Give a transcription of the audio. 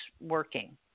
working